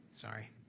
Sorry